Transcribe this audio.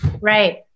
Right